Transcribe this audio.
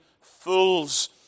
fools